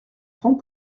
francs